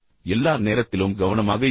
எல்லா நேரத்திலும் கவனமாக இருங்கள்